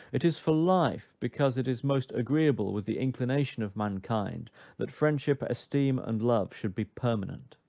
it is for life, because it is most agreeable with the inclination of mankind that friendship, esteem and love should be permanent.